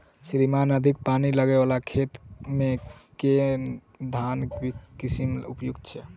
श्रीमान अधिक पानि वला खेत मे केँ धान केँ किसिम उपयुक्त छैय?